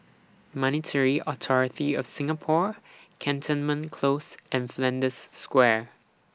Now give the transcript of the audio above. Monetary Authority of Singapore Cantonment Close and Flanders Square